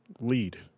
lead